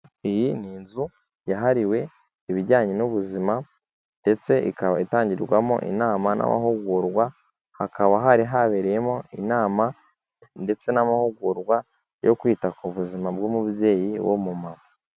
Iyi ni inzu yahariwe ibijyanye n'ubuzima ndetse ikaba itangirwamo inama n'amahugurwa, hakaba hari habereyemo inama ndetse n'amahugurwa yo kwita ku buzima bw'umubyeyi w'umumama.